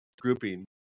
grouping